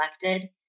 elected